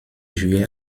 juillet